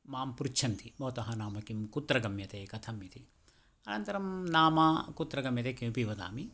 मां पृच्छन्ति भवतः नाम किं कुत्र गम्यते कथमिति अनन्तरं नाम कुत्र गम्यते किमपि वदामि